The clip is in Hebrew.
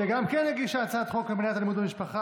שגם היא הגישה הצעת חוק למניעת אלימות במשפחה